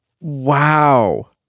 Wow